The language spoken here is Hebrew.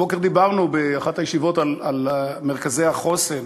הבוקר דיברנו באחת הישיבות על מרכזי החוסן.